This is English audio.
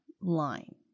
line